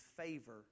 favor